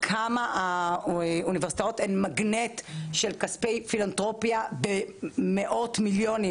כמה האוניברסיטאות הן מגנט של כספי פילנתרופיה במאות מיליונים,